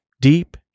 Deep